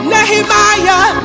Nehemiah